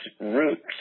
roots